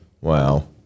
Wow